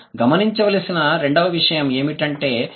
మనం గమనించవలసిన రెండవ విషయం ఏమిటంటే